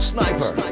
Sniper